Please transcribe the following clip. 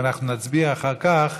ואנחנו נצביע אחר כך